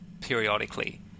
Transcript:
periodically